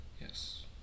Yes